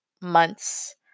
months